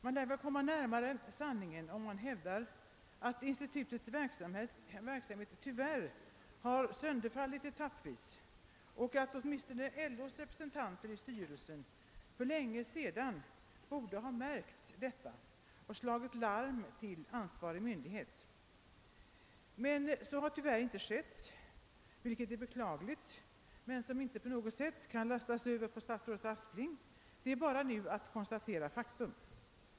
Man lär väl komma sanningen närmare om man hävdar att institutets verksamhet tyvärr har sönderfallit etappvis och att åtminstone LO:s representanter i styrelsen för länge sedan borde ha märkt detta och slagit larm till ansvarig myndighet. Men så har tyvärr inte skett. Detta är beklagligt, men statsrådet Aspling kan inte på något sätt lastas för det. Det är bara nu att konstatera faktum.